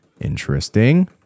Interesting